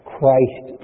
Christ